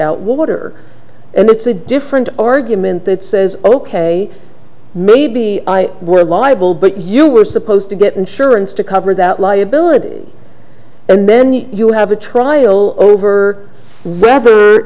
out water and that's a different argument that says ok maybe i were liable but you were supposed to get insurance to cover that liability and then you have a trial over